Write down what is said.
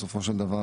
בסופו של דבר,